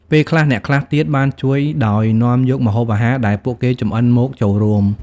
ពេលខ្លះ អ្នកខ្លះទៀតបានជួយដោយនាំយកម្ហូបអាហារដែលពួកគេចម្អិនមកចូលរួម។